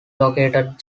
located